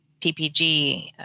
PPG